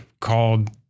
called